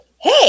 Hey